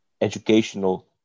educational